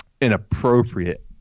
inappropriate